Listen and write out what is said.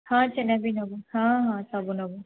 ହଁ ଛେନା ବି ନବୁ ହଁ ହଁ ସବୁ ନବୁ